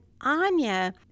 Anya